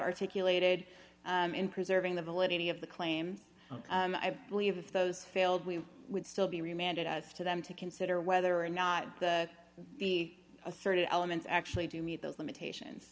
articulated in preserving the validity of the claims i believe if those failed we would still be remanded as to them to consider whether or not the asserted elements actually do meet those limitations